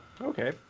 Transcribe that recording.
okay